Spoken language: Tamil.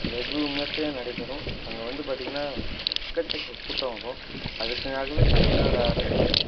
வெகு விமர்சையாக நடைபெறும் அங்கே வந்து பார்த்திங்கன்னா எக்கச்சக்க கூட்டம் வரும் அதுக்காகவே தமிழ்நாடு அரசு